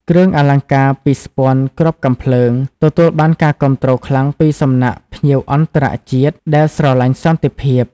គ្រឿងអលង្ការពីស្ពាន់គ្រាប់កាំភ្លើង ទទួលបានការគាំទ្រខ្លាំងពីសំណាក់ភ្ញៀវអន្តរជាតិដែលស្រឡាញ់សន្តិភាព។